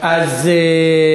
בסך הכול שלושה.